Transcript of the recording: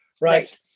right